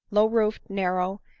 low-roofed, narrow,